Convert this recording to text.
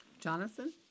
Jonathan